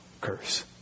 curse